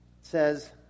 says